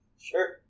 Sure